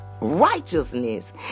righteousness